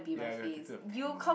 ya you will tattoo a Panda